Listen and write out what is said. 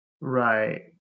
Right